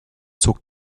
zog